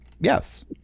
Yes